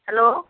hello